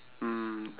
mm